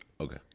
Okay